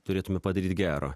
turėtume padaryt gero